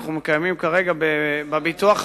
שאנחנו מקיימים כרגע בביטוח הלאומי,